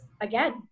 again